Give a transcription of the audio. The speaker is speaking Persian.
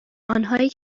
آنهایی